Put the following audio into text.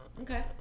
Okay